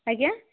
ଆଜ୍ଞା